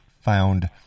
found